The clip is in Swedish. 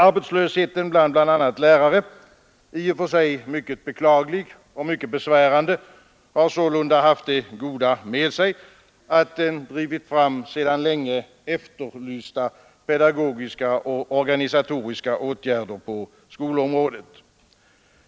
Arbetslösheten bland bl.a. lärare, i och för sig mycket beklaglig och mycket besvärande, har sålunda haft det goda med sig att den drivit fram sedan länge efterlysta pedagogiska och organisatoriska åtgärder på skolområdet.